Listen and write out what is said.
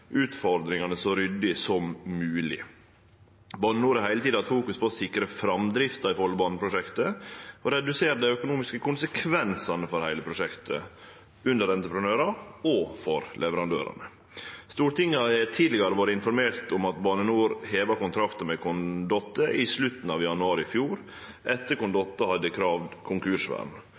utfordringane så ryddig som mogleg. Bane NOR har heile tida hatt fokus på å sikre framdrifta i Follobane-prosjektet og redusere dei økonomiske konsekvensane for heile prosjektet, underentreprenørane og leverandørane. Stortinget har tidlegare vore informert om at Bane NOR heva kontrakten med Condotte i slutten av januar i fjor etter at Condotte hadde kravd konkursvern.